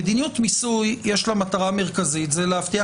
למדיניות מיסוי יש מטרה מרכזית להבטיח